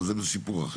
אבל זה סיפור אחר,